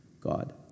God